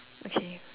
okay great